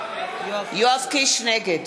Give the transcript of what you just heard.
נגד